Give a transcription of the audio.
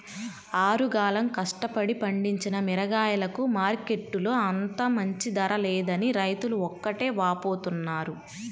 ఆరుగాలం కష్టపడి పండించిన మిరగాయలకు మార్కెట్టులో అంత మంచి ధర లేదని రైతులు ఒకటే వాపోతున్నారు